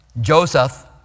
Joseph